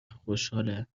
خوشحاله